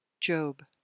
Job